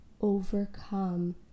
overcome